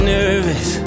nervous